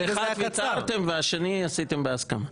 על אחד ויתרתם ואת השני עשיתם בהסכמה,